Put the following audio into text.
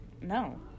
No